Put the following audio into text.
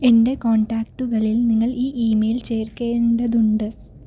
എൻ്റെ കോൺടാക്റ്റുകളിൽ നിങ്ങൾ ഈ ഇമെയിൽ ചേർക്കേണ്ടതുണ്ട്